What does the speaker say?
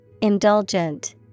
Indulgent